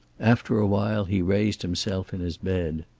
after a while he raised himself in his bed.